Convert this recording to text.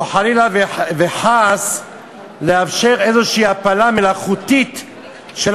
או חלילה וחס לאפשר איזו הפלה מלאכותית של